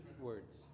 words